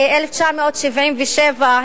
ב-1977,